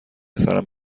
سرم